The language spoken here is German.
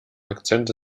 akzente